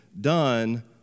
done